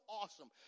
awesome